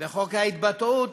חוק ההתבטאות,